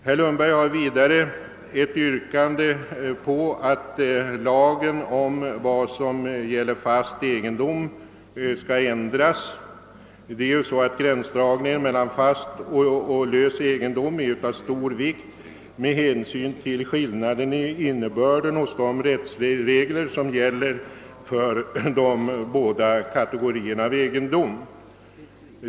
Herr Lundberg har vidare ett yrkande, att lagen om vad som är fast egendom skall ändras. Gränsdragningen mellan fast och lös egendom är ju av stor vikt med hänsyn till skillnaden i innebörden av de regler som gäller för de båda kategorierna av egendom.